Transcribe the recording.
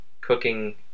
cooking